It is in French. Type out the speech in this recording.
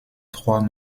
trois